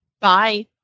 Bye